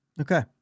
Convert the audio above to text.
Okay